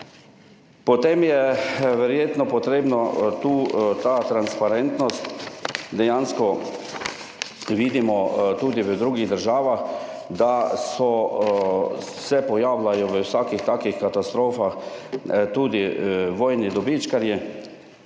Potem je verjetno potrebno ta transparentnost dejansko vidimo tudi v drugih državah, da se pojavljajo v vsakih takih katastrofah tudi vojni dobičkarji